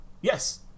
Yes